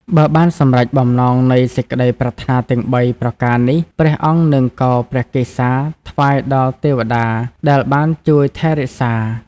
បើបានសម្រេចបំណងនៃសេចក្តីប្រាថ្នាទាំង ៣ ប្រការនេះព្រះអង្គនឹងកោរព្រះកេសាថ្វាយដល់ទេវតាដែលបានជួយថែរក្សា។